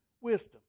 wisdom